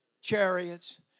chariots